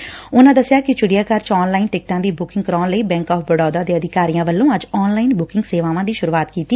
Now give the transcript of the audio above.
director ਨੇ ਦਸਿਆ ਕਿ ਚਿੜੀਆਘਰ ਚ ਆਨਲਾਈਨ ਟਿਕਟਾਂ ਦੀ ਬੁਕਿੰਗ ਕਰਾਉਣ ਲਈ ਬੈਂਕ ਆਫ਼ ਬੜੋਦਾ ਦੇ ਅਧਿਕਾਰੀਆਂ ਵੱਲੋਂ ਅੱਜ ਆਨਲਾਈਨ ਬੁਕਿੰਗ ਸੇਵਾਵਾਂ ਦੀ ਸੁਰੁਆਤ ਕੀਤੀ